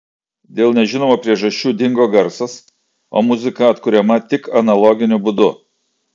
dėl nežinomų priežasčių dingo garsas o muzika atkuriama tik analoginiu būdu